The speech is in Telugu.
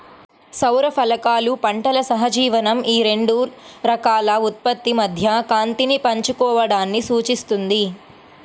సౌర ఫలకాలు పంటల సహజీవనం ఈ రెండు రకాల ఉత్పత్తి మధ్య కాంతిని పంచుకోవడాన్ని సూచిస్తుంది